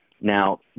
Now